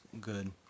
good